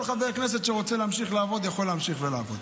כל חבר כנסת שרוצה להמשיך לעבוד יכול להמשיך לעבוד.